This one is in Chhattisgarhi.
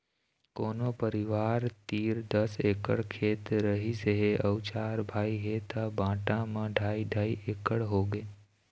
कोनो परिवार तीर दस एकड़ खेत रहिस हे अउ चार भाई हे त बांटा म ढ़ाई ढ़ाई एकड़ होगे